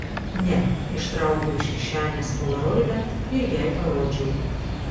ne ištraukiau iš kišenės polaroidą ir jai parodžiau